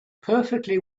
perfectly